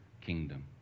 kingdom